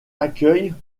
accueille